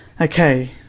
Okay